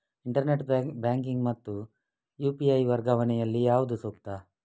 Internet banking ಮತ್ತು UPI ವರ್ಗಾವಣೆ ಯಲ್ಲಿ ಯಾವುದು ಸೂಕ್ತ?